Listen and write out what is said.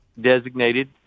designated